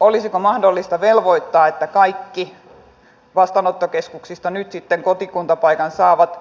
olisiko mahdollista velvoittaa että kaikki vastaanottokeskuksista nyt sitten kotikuntapaikan saavat